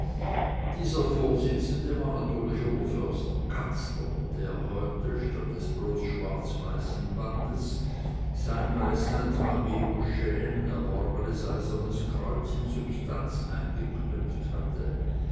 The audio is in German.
dieser vorsitzende war natürlich oberförster katzler der heute statt des bloßen schwarz weißen bandes sein bei st marie aux chnes erworbenes eisernes kreuz in substanz eingeknöpft hatte